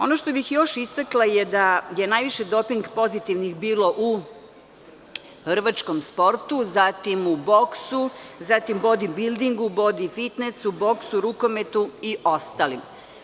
Ono što bih još istakla je da je najviše doping pozitivnih bilo u rvačkom sportu, boksu, bodibildingu, bodifitnesu, rukometu i ostalim.